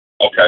Okay